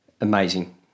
amazing